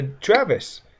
Travis